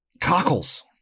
Cockles